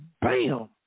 bam